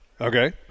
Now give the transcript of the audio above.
Okay